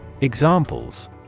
Examples